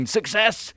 Success